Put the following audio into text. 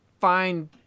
find